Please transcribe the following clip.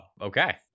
okay